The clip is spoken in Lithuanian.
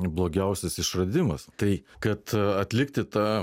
blogiausias išradimas tai kad atlikti tą